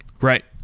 Right